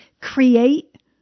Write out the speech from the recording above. create